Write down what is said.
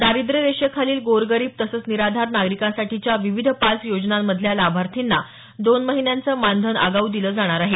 दारिद्र्य रेषेखालील गोरगरीब तसंच निराधार नागरिकांसाठीच्या विविध पाच योजनांमधल्या लाभार्थींना दोन महिन्याचं मानधन आगाऊ दिलं जाणार आहे